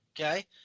Okay